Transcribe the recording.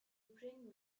bring